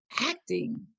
acting